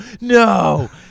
no